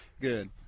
Good